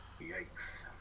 Yikes